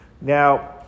Now